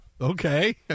Okay